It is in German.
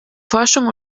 forschung